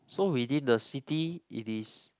so within the city it is